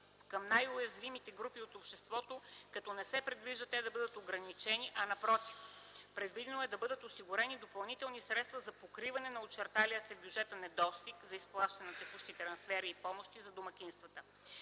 към най-уязвимите групи от обществото, като не се предвижда те да бъдат ограничени, а напротив - предвидено е да бъдат осигурени допълнителни средства за покриване на очерталия се в бюджета недостиг за изплащане на текущи трансфери и помощи за домакинствата.